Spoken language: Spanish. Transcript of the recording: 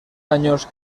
años